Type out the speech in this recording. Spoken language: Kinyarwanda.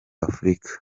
afurika